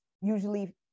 usually